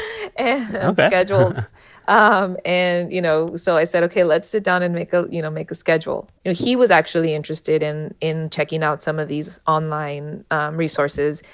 and schedules. um and, you know, so i said, ok. let's sit down and make ah you know, make a schedule. and he was actually interested in in checking out some of these online resources.